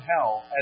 hell